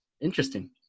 Interesting